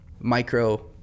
micro